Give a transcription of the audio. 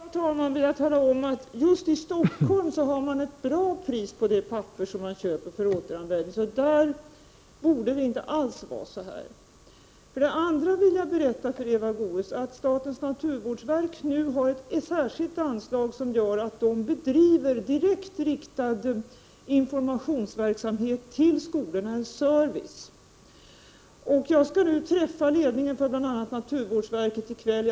Herr talman! För det första vill jag tala om att just i Stockholm har man ett bra pris på det papper som går till återanvändning. Där borde det inte vara så här. För det andra vill jag berätta för Eva Goés att statens naturvårdsverk nu har ett särskilt anslag för att bedriva direkt informationsverksamhet till skolorna. Jag skall träffa ledningen för bl.a. naturvårdsverket i kväll.